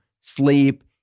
sleep